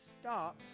stop